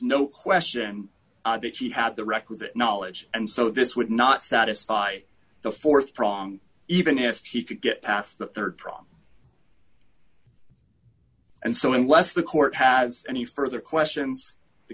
no question that he had the requisite knowledge and so this would not satisfy the th prong even if he could get past the rd problem and so unless the court has any further questions the